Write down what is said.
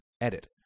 Edit